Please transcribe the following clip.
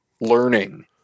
learning